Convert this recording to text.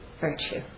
virtue